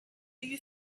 you